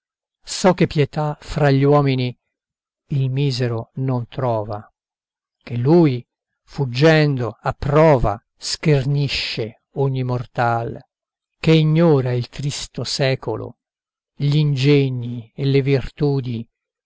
so che pietà fra gli uomini il misero non trova che lui fuggendo a prova schernisce ogni mortal che ignora il tristo secolo gl'ingegni e le virtudi che